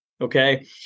Okay